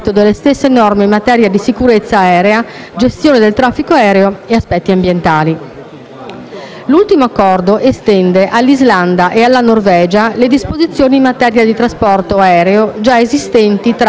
gestione del traffico aereo e aspetti ambientali. L'ultimo Accordo estende all'Islanda e alla Norvegia le disposizioni in materia di trasporto aereo già esistenti tra Unione europea e Stati Uniti.